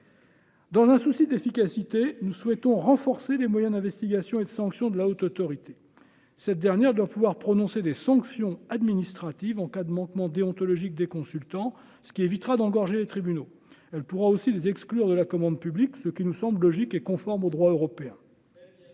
Dans un souci d'efficacité, nous souhaitons renforcer les moyens d'investigation et de sanction de la Haute autorité, cette dernière doit pouvoir prononcer des sanctions administratives en cas de manquements déontologiques des consultants, ce qui évitera d'engorger les tribunaux, elle pourra aussi les exclure de la commande publique, ce qui nous semble logique et conforme au droit européen,